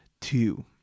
Two